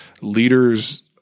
leaders